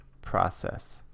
process